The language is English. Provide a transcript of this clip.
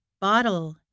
bottle